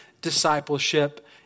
discipleship